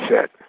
set